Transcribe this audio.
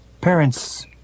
Parents